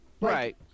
Right